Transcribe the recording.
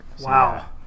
Wow